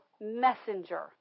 messenger